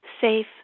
safe